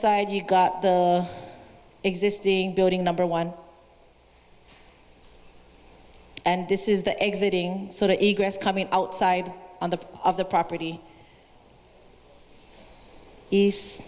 side you've got the existing building number one and this is the exiting sort of coming out side on the of the property